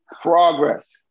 progress